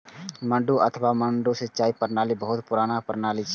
मड्डू अथवा मड्डा सिंचाइ प्रणाली बहुत पुरान प्रणाली छियै